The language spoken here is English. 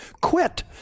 quit